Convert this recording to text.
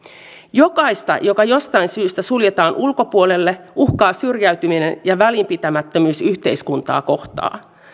jokaista joka jostain syystä suljetaan ulkopuolelle uhkaa syrjäytyminen ja välinpitämättömyys yhteiskuntaa kohtaan